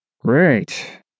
Great